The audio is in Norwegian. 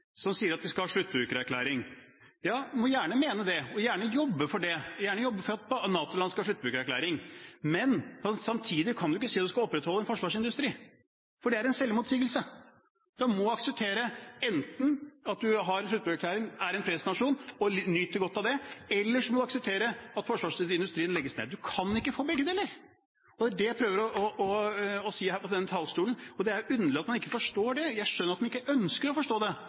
som sier at vi skal ha sluttbrukererklæring: Ja, du må gjerne mene det og gjerne jobbe for at NATO-land skal ha sluttbrukererklæring, men du kan ikke samtidig si at du skal opprettholde en forsvarsindustri, for det er en selvmotsigelse. Du må akseptere at du enten har en sluttbrukererklæring, er en fredsnasjon og nyter godt av det, eller så må du akseptere at forsvarsindustrien legges ned. Du kan ikke få begge deler! Det er det jeg prøver å si her på denne talerstolen, og det er jo underlig at man ikke forstår det. Jeg skjønner at man ikke ønsker å forstå det,